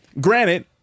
granted